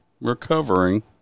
recovering